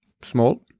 small